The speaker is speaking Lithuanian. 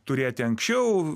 turėti anksčiau